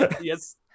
Yes